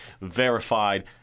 Verified